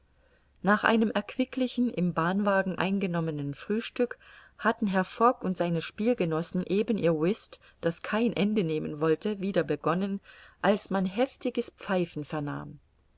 nach einem erquicklichen im bahnwagen eingenommenen frühstück hatten herr fogg und seine spielgenossen eben ihr whist das kein ende nehmen wollte wieder begonnen als man heftiges pfeifen vernahm